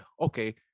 okay